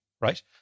Right